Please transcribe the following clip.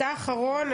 אתה אחרון,